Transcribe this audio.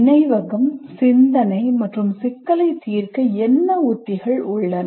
நினைவகம் சிந்தனை மற்றும் சிக்கலைத் தீர்க்க என்ன உத்திகள் உள்ளன